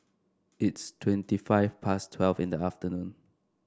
its twenty five past twelve in the afternoon